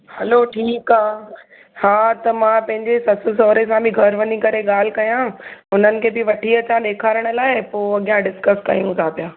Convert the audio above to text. हलो ठीकु आहे हा त मां पंहिंजे ससु सहुरे सां बि घरि वञी ॻाल्हि कयां हुननि खे बि वठी अचां ॾेखारण लाइ पोइ अॻियां डिसकस कयूं था पिया